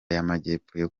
y’amajyepfo